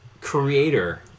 creator